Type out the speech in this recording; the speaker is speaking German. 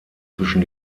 zwischen